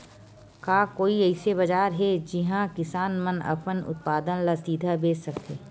का कोई अइसे बाजार हे जिहां किसान मन अपन उत्पादन ला सीधा बेच सकथे?